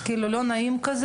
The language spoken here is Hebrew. לא נעים להם,